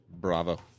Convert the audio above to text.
Bravo